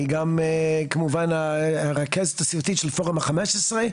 היא כמובן רכזת של פורום ה-15.